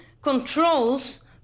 controls